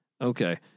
okay